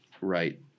right